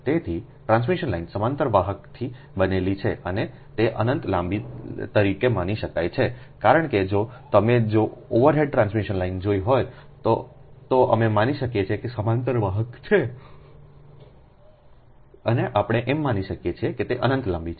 તેથી transmission line સમાંતર વાહકથી બનેલી છે અને તે અનંત લાંબી તરીકે માની શકાય છે કારણ કે જો તમે જો ઓવરહેડ ટ્રાન્સમિશન લાઇન જોઇ હોય તો અમે માની શકીએ કે તે સમાંતર વાહક છે અને આપણે એમ માની શકીએ કે તે અનંત લાંબી છે